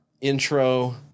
Intro